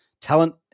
talent